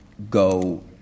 Go